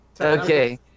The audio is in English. Okay